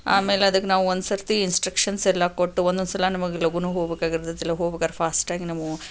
ಆಮೇಲೆ ಅದಕ್ಕೆ ನಾವು ಒಂದ್ಸರ್ತಿ ಇನ್ಸ್ಟ್ರಕ್ಷನ್ಸೆಲ್ಲ ಕೊಟ್ಟು ಒಂದೊಂದ್ಸಲ ನಮಗೆ ಲಗೂನು ಹೋಗ್ಬೇಕಾಗಿರತ್ತಲ್ಲ ಹೋಗ್ಬೇಕಾದ್ರೆ ಫಾಸ್ಟಾಗಿ ನಾವು